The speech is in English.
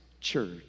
church